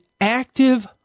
active